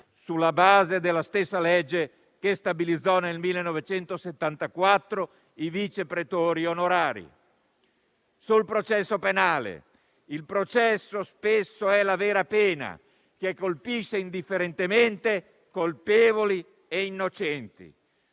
sulla base della stessa legge che stabilizzò nel 1974 i vice pretori onorari. Sul processo penale, spesso il processo è la vera pena che colpisce indifferentemente colpevoli e innocenti.